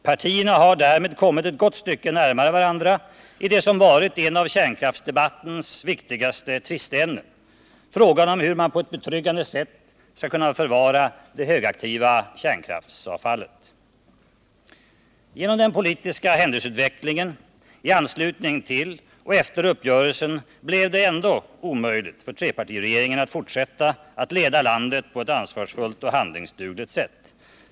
Partierna hade därmed kommit ett gott stycke närmare varandra i det som varit en av kärnkraftsdebattens viktigaste tvisteämnen: frågan om hur man på ett betryggande sätt skall kunna förvara det högaktiva kärnkraftsavfallet. Genom den politiska händelseutvecklingen i anslutning till och efter uppgörelsen blev det ändå omöjligt för trepartiregeringen att fortsätta att leda landet på ett ansvarsfullt och handlingsdugligt sätt.